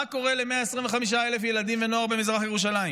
מה קורה ל-125,000 ילדים ונוער במזרח ירושלים